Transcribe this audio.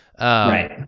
right